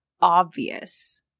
obvious